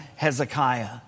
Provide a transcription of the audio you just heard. Hezekiah